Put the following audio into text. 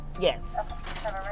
yes